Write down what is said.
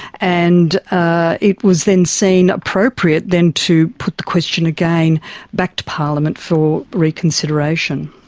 and ah it was then seen appropriate then to put the question again back to parliament for reconsideration.